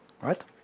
right